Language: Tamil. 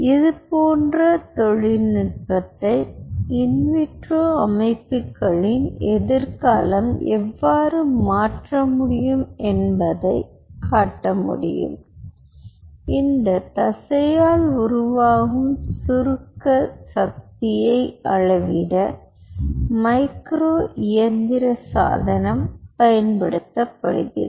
இது போன்ற தொழில்நுட்பத்தை இன் விட்ரோ அமைப்புகளின் எதிர்காலம் எவ்வாறு மாற்ற முடியும் என்பதை காட்ட முடியும் இந்த தசையால் உருவாகும் சுருக்க சக்தியை அளவிட மைக்ரோ இயந்திர சாதனம் பயன்படுத்தப்படுகிறது